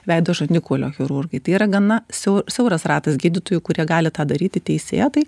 veido žandikaulio chirurgai tai yra gana siau siauras ratas gydytojų kurie gali tą daryti teisėtai